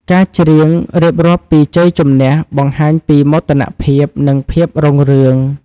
ការច្រៀងរៀបរាប់ពីជ័យជម្នះ បង្ហាញពីមោទនភាព និងភាពរុងរឿង។